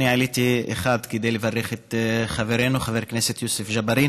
אני עליתי דבר ראשון כדי לברך את חברנו חבר הכנסת יוסף ג'בארין